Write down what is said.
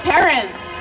Parents